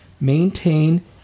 maintain